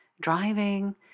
driving